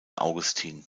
augustin